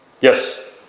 yes